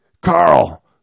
Carl